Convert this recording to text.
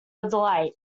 delight